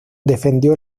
defendió